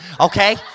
okay